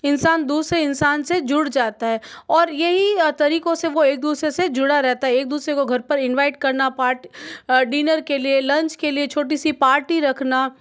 इंसान दूसरे इंसान से जुड़ जाता है और यही तरीकों से वो एक दूसरे से जुड़ा रहता है एक दूसरे को घर पर इन्वाइट करना पार्ट डिनर के लिए लंच के लिए छोटी सी पार्टी रखना